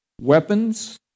weapons